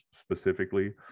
specifically